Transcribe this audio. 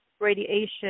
radiation